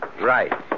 Right